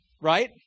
right